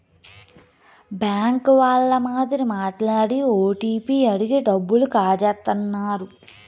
bank వాళ్ళ మాదిరి మాట్లాడి ఓటీపీ అడిగి డబ్బులు కాజేత్తన్నారు